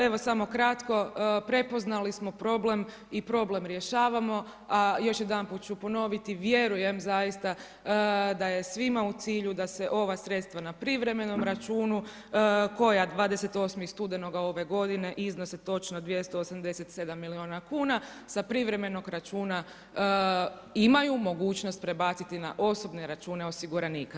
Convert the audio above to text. Evo samo kratko, prepoznali smo problem i problem rješavamo a još jedanput ću ponoviti, vjerujem zaista da je svima u cilju da se ova sredstva na privremenom računu koja 28. studenoga ove godine iznose točno 287 milijuna kuna sa privremenog računa imaju mogućnost prebaciti na osobne račune osiguranika.